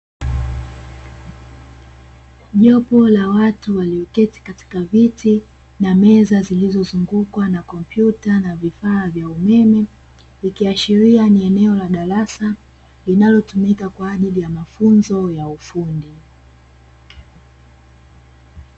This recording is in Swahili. Jopo la watu walioketi katika viti na meza zilizozungukwa na kompyuta na vifaa vya umeme, ikiashiria ni eneo la darasa linalotumika kwa ajili ya mafunzo ya ufundi.